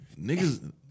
Niggas